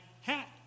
hat